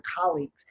colleagues